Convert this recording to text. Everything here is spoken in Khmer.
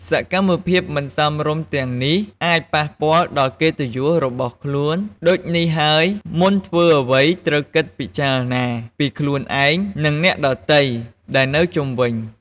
សកម្មភាពមិនសមរម្យទាំងនេះអាចប៉ះពាល់ដល់កិត្តិយសរបស់ខ្លួន ដូចនេះហើយមុនធ្វើអ្វីត្រូវគិតពិចារណា ពីខ្លួនឯង និងអ្នកដទៃដែលនៅជុំវិញ។។